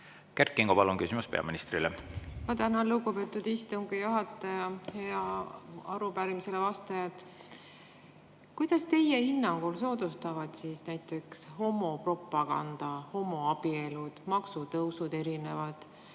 Kert Kingo, palun küsimus peaministrile! Ma tänan, lugupeetud istungi juhataja! Hea arupärimisele vastaja! Kuidas teie hinnangul soodustavad näiteks homopropaganda, homoabielud, erinevad